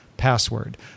password